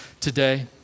today